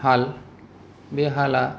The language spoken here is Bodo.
हाल बे हाला